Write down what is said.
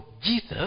Jesus